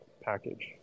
package